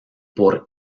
por